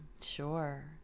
Sure